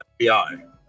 FBI